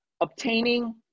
Obtaining